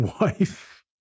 wife